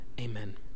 Amen